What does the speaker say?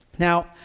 Now